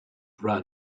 run